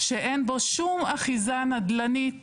אין בו שום אחיזה נדל"נית